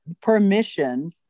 permission